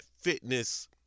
fitness